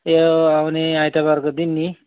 यो आउने आइतवारको दिन नि